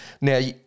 Now